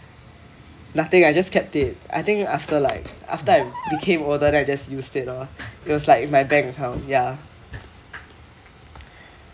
nothing I just kept it I think after like after I became older then I just used it lor it was like in my bank account ya